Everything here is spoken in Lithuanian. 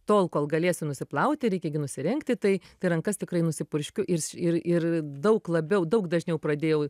tol kol galėsiu nusiplauti reikia gi nusirengti tai tai rankas tikrai nusipurškiu ir ir ir daug labiau daug dažniau pradėjau